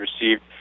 received